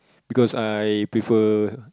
because I prefer